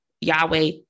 Yahweh